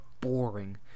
boring